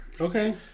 Okay